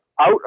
out